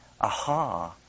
aha